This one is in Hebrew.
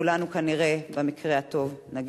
וכולנו כנראה, במקרה הטוב, נגיע לשם.